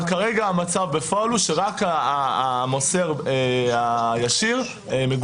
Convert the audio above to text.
אבל כרגע המצב בפועל הוא שרק המוסר הישיר מגולגל.